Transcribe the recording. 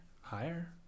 Higher